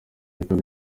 bikaba